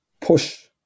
push